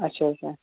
اچھا اچھا